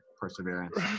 perseverance